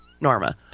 Norma